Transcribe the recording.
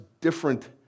different